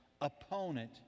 opponent